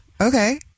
Okay